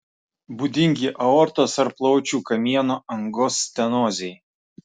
būdingi aortos ar plaučių kamieno angos stenozei